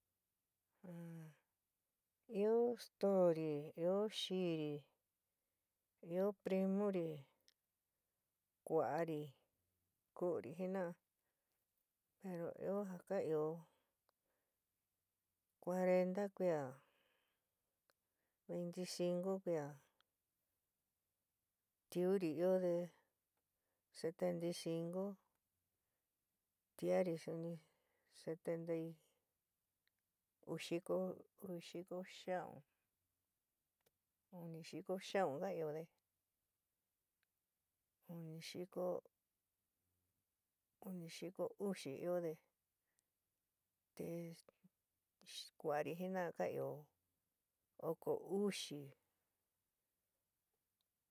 Ɨó stoóri, ɨó xiíri ɨó primúri, ku'ari kuuri jina pero ɨó ja ka ɨó cuarentá kuia, veinticinco kuía, tiurí ióde setentaycincó. tiári suni setentai- uu xiko, uu xiko xiaun, unixiko xiaun, ka iode uni xiko, uni xiko uxi ióde te kua'ari jina'á ka ɨó oko uxi.